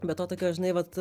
be to tokio žinai vat